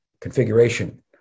configuration